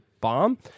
bomb